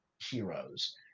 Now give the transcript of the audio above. Heroes